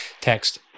Text